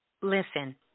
Listen